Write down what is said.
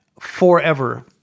forever